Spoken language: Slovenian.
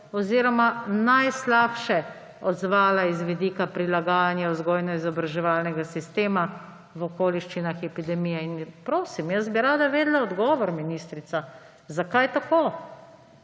oziroma najslabše odzvala z vidika prilagajanja vzgojno-izobraževalnega sistema v okoliščinah epidemije. In prosim, jaz bi rada vedela odgovor, ministrica, zakaj tako.